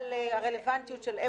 שאלמלא ההתראות או הבקשות של חברי